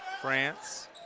France